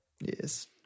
Yes